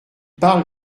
parle